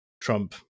Trump